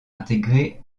intégrée